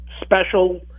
special